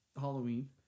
Halloween